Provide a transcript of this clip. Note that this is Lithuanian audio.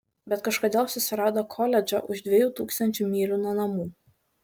bet kažkodėl susirado koledžą už dviejų tūkstančių mylių nuo namų